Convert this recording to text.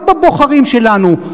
לא בבוחרים שלנו,